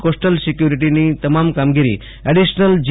coastal સિક્યુરીટીની તમામ કામગીરી એડીશનલ જી